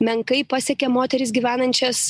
menkai pasiekia moteris gyvenančias